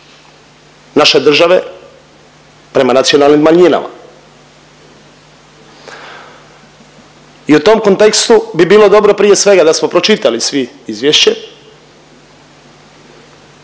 naše države prema nacionalnim manjinama i u tom kontekstu bi bilo dobro prije svega da smo pročitali svi izvješće,